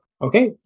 Okay